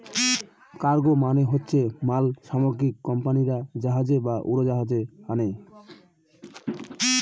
cargo মানে হচ্ছে মাল সামগ্রী কোম্পানিরা জাহাজে বা উড়োজাহাজে আনে